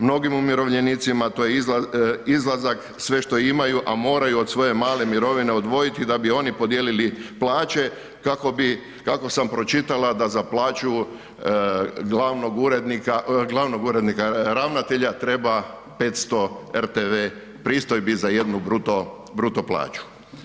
Mnogim umirovljenicima to je izlazak, sve što imaju, a moraju od svoje male mirovine odvojiti da bi oni podijelili plaće kako bi, kako sam pročitala da za plaću glavnog urednika, glavnog urednika ravnatelja treba 500 rtv pristojbi za jednu bruto plaću.